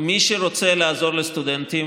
מי שרוצה לעזור לסטודנטים,